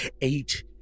eight